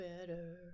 better